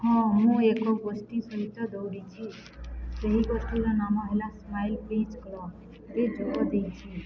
ହଁ ମୁଁ ଏକ ଗୋଷ୍ଠୀ ସହିତ ଦୌଡ଼ିଛି ସେହି ଗୋଷ୍ଠୀର ନାମ ହେଲା ସ୍ମାଇଲ୍ ପ୍ଲିଜ୍ କ୍ଲବ୍ ଏ ଯୋଗ ଦେଇଛିି